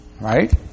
right